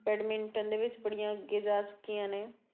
badminton ਦੇ ਵਿੱਚ ਬੜੀਆਂ ਅੱਗੇ ਜਾ ਚੁੱਕੀਆਂ ਨੇ